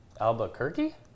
Albuquerque